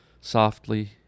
Softly